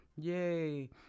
Yay